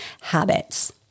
habits